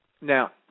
Now